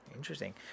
interesting